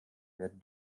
werden